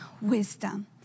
wisdom